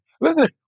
Listen